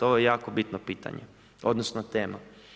Ovo je jako bitno pitanje, odnosno, tema.